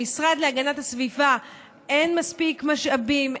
למשרד להגנת הסביבה אין מספיק משאבים,